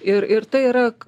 ir ir tai yra